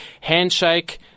handshake